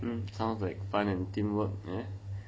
mm mmhmm sounds like fun and teamwork